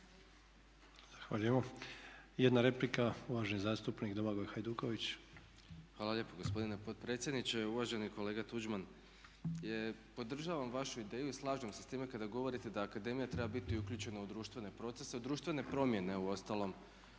Zahvaljujemo. Jedna replika uvaženi zastupnik Domagoj Hajduković. **Hajduković, Domagoj (SDP)** Hvala lijepo gospodine potpredsjedniče. Uvaženi kolega Tuđman, podražavam vašu ideju i slažem se s time kada govorite da akademija treba biti uključena u društvene procese, u društvene promjene uostalom